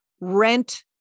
Rent